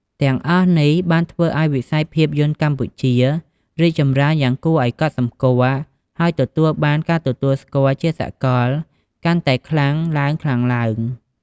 ទាំងអស់នេះបានធ្វើឱ្យវិស័យភាពយន្តកម្ពុជា រីកចម្រើនយ៉ាងគួរឱ្យកត់សម្គាល់ ហើយទទួលបាន ការទទួលស្គាល់ជាសាកល កាន់តែខ្លាំងឡើងៗ។